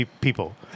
people